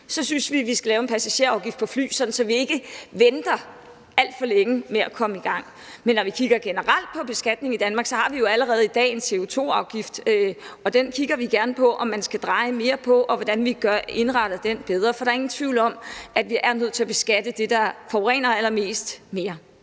så synes vi, der skal laves en passagerafgift på fly, så vi ikke venter alt for længe med at komme i gang. Men når vi kigger generelt på beskatning i Danmark, så har vi jo allerede i dag en CO2-afgift, og vi kigger gerne på, om man skal dreje lidt mere på den, og på, hvordan vi indretter den bedre, for der er ingen tvivl om, at vi nødt til beskattet det, der forurener allermest, mere.